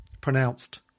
Pronounced